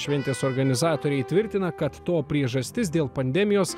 šventės organizatoriai tvirtina kad to priežastis dėl pandemijos